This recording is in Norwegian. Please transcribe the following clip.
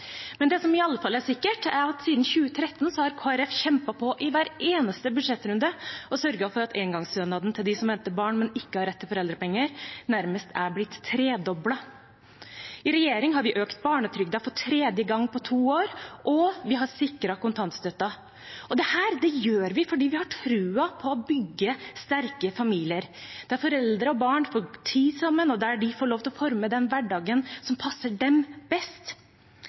Men det som iallfall er sikkert, er at siden 2013 har Kristelig Folkeparti kjempet på i hver eneste budsjettrunde og sørget for at engangsstønaden til de som venter barn, men ikke har rett til foreldrepenger, nærmest er blitt tredoblet. I regjering har vi økt barnetrygden for tredje gang på to år, og vi har sikret kontantstøtten. Dette gjør vi fordi vi har tro på å bygge sterke familier, der foreldre og barn får tid sammen, og der de får lov til å forme den hverdagen som passer dem best.